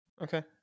Okay